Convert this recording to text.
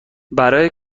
برای